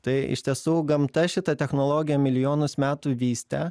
tai iš tiesų gamta šitą technologiją milijonus metų vystė